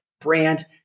brand